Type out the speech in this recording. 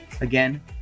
again